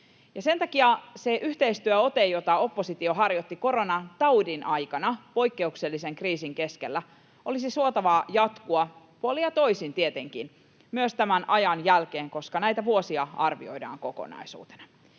sen takia sen yhteistyöotteen, jota oppositio harjoitti koronataudin aikana poikkeuksellisen kriisin keskellä, olisi suotavaa jatkua, tietenkin puolin ja toisin, myös tämän ajan jälkeen, koska näitä vuosia arvioidaan kokonaisuutena.